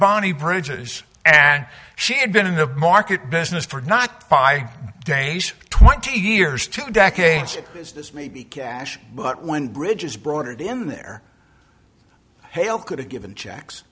bonnie bridges and she had been in the market business for not five days twenty years two decades it is this may be cash but when bridges brought it in there hale could have given checks